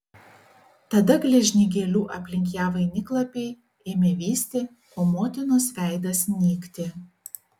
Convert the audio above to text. tada gležni gėlių aplink ją vainiklapiai ėmė vysti o motinos veidas nykti